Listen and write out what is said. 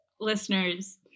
Listeners